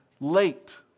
late